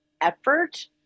effort